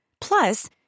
Plus